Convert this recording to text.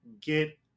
get